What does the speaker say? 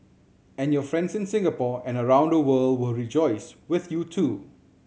and your friends in Singapore and around the world will rejoice with you too